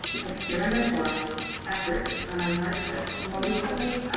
experiment or effort on our part. but more recently